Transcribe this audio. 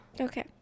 Okay